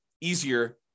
easier